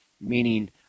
meaning